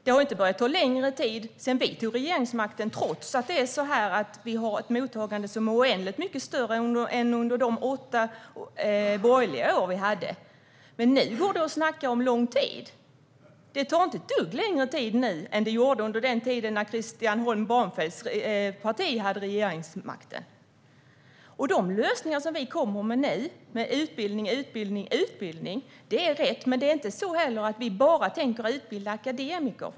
Det har ju inte börjat ta längre tid sedan vi tog över regeringsmakten, trots att vi har ett mottagande som är oändligt mycket större än under de åtta borgerliga åren, men nu går det tydligen att snacka om att det tar lång tid. Det tar inte ett dugg längre tid nu än det gjorde när Christian Holm Barenfelds parti hade regeringsmakten. De lösningar vi kommer med nu - med utbildning, utbildning, utbildning - är rätt, men det är inte så att vi bara tänker utbilda akademiker.